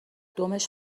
دمش